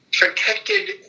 Protected